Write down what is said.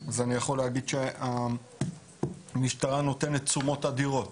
אני יכול להגיד שהמשטרה נותנת תשומות אדירות